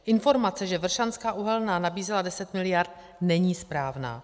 Informace, že Vršanská uhelná nabízela 10 miliard, není správná.